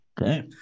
Okay